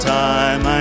time